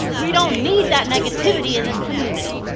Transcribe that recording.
we don't need that negativity in this community.